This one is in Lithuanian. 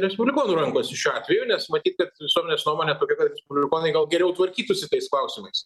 respublikonų rankose šiuo atveju nes matyt kad visuomenės nuomonė tokia kad respublikonai gal geriau tvarkytųsi tais klausimais